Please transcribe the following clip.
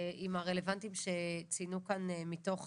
עם הרלוונטיים שציינו כאן מתוך